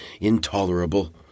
intolerable